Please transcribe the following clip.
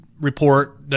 report